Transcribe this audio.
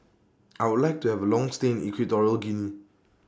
I Would like to Have A Long stay in Equatorial Guinea